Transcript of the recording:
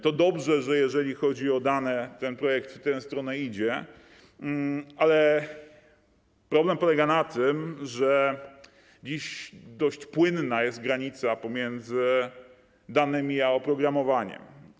To dobrze, że jeżeli chodzi o dane, ten projekt w tę stronę idzie, ale problem polega na tym, że dziś dość płynna jest granica pomiędzy danymi a oprogramowaniem.